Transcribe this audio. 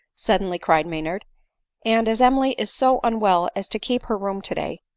suddenly cried maynard and as emily is so unwell as to keep her room today,